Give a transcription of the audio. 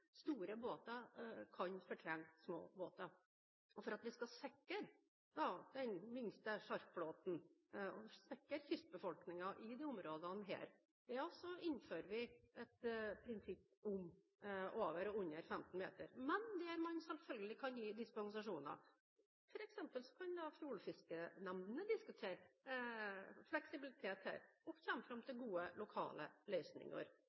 store båter kan fortrenge små båter. For at vi skal sikre den minste sjarkflåten, og sikre kystbefolkningen i disse områdene, innfører vi et prinsipp om over og under 15 meter – men der man selvfølgelig kan gi dispensasjoner. Da kan f.eks. fjordfiskenemnda diskutere fleksibilitet her og